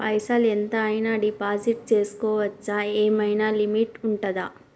పైసల్ ఎంత అయినా డిపాజిట్ చేస్కోవచ్చా? ఏమైనా లిమిట్ ఉంటదా?